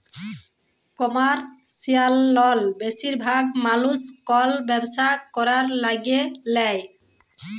commercial লল বেশিরভাগ মালুস কল ব্যবসা ক্যরার ল্যাগে লেই